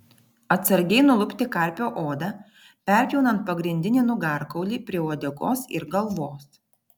atsargiai nulupti karpio odą perpjaunant pagrindinį nugarkaulį prie uodegos ir galvos